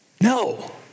No